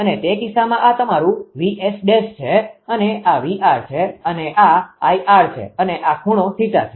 અને તે કિસ્સામાં આ તમારું છે અને આ 𝑉𝑅 છે આ 𝐼𝑟 છે અને આ ખૂણો θ છે